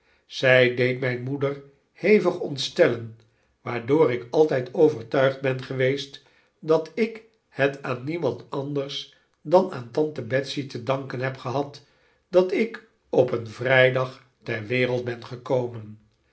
zij deed mijn moeder hevig ontstellen waardoor ik altijd overtuigd ben geweest dat ik het aan niemand anders dan aan tante betsey te danken heb gehad dat ik op een vrijdag ter wereld ben gekomeri